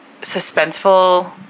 suspenseful